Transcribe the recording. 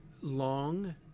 long